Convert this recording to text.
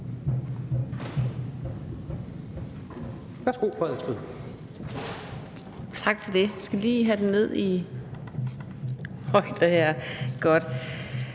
Tak for det.